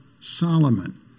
Solomon